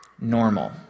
normal